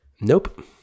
Nope